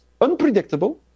unpredictable